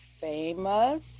famous